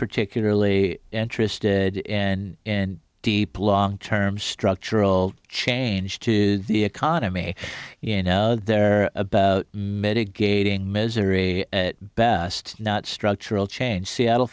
particularly interested in deep long term structural change to the economy you know they're about mitigating misery best not structural change seattle